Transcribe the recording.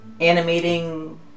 animating